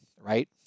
right